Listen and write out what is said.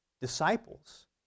disciples